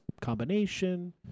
combination